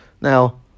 Now